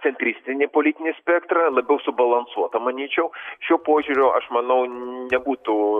centristinį politinį spektrą labiau subalansuotą manyčiau šio požiūrio aš manau nebūtų